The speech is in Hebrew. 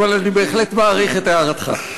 אבל אני בהחלט מעריך את הערתך.